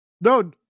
No